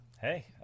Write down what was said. hey